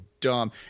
dumb